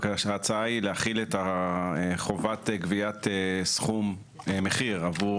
ההצעה היא להחיל את חובת גביית מחיר עבור